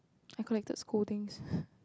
I collected scoldings